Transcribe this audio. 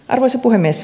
arvoisa puhemies